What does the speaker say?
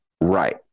Right